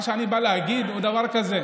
מה שאני בא להגיד הוא דבר כזה: